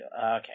Okay